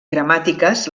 gramàtiques